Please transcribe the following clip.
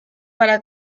para